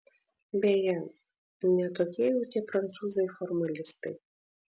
beje ne tokie jau tie prancūzai formalistai